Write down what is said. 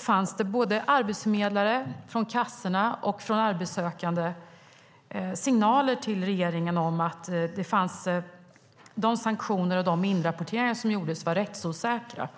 fanns det både från arbetsförmedlare, från kassorna och från arbetssökande signaler till regeringen om att de sanktioner och de inrapporteringar som skedde var rättsosäkra.